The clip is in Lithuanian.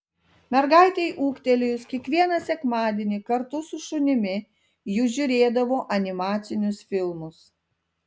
mergaitei ūgtelėjus kiekvieną sekmadienį kartu su šunimi ji žiūrėdavo animacinius filmus